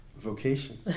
Vocation